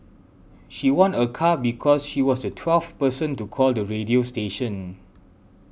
she won a car because she was the twelfth person to call the radio station